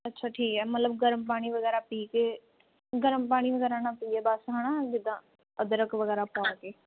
ਅੱਛਾ ਠੀਕ ਹੈ ਮਤਲਬ ਗਰਮ ਪਾਣੀ ਵਗੈਰਾ ਪੀ ਕੇ ਗਰਮ ਪਾਣੀ ਵਗੈਰਾ ਨਾ ਪੀਈਏ ਬਸ ਹੈਨਾ ਜਿੱਦਾਂ ਅਦਰਕ ਵਗੈਰਾ ਪਾ ਕੇ